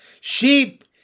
Sheep